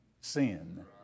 sin